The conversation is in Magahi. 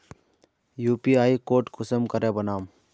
यु.पी.आई कोड कुंसम करे बनाम?